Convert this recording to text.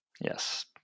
yes